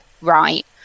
right